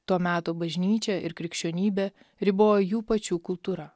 to meto bažnyčią ir krikščionybę ribojo jų pačių kultūra